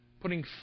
putting